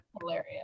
Hilarious